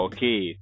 Okay